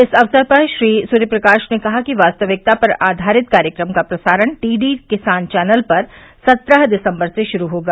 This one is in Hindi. इस अवसर पर श्री सूर्यप्रकाश ने कहा कि वास्तविकता पर आधारित कार्यक्रम का प्रसारण डीडी किसान चैनल पर सत्रह दिसंबर से शुरू होगा